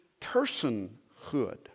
personhood